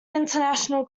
international